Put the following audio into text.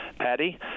Patty